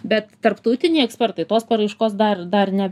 bet tarptautiniai ekspertai tos paraiškos dar dar ne